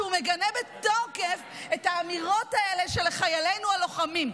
שהוא מגנה בתוקף את האמירות האלה של חיילינו הלוחמים.